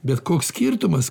bet koks skirtumas